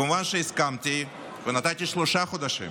כמובן, הסכמתי ונתתי שלושה חודשים.